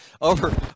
over